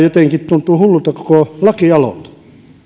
jotenkin tuntuu hullulta koko lakialoite